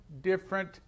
different